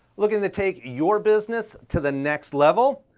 looking to take your business to the next level?